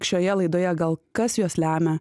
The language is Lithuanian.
šioje laidoje gal kas juos lemia